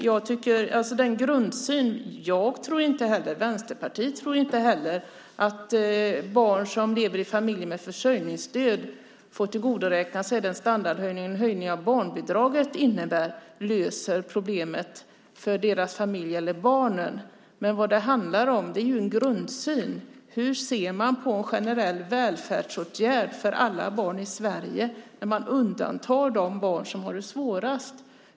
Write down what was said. Jag och Vänsterpartiet tror inte heller att det löser problemet att barn som lever i familjer med försörjningsstöd får tillgodoräkna sig den standardhöjning som en höjning av barnbidraget innebär. Vad det handlar om är ju en grundsyn. Hur ser man på en generell välfärdsåtgärd för alla barn i Sverige när man undantar de barn som har det svårast?